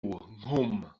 nghwm